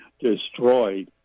destroyed